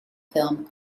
film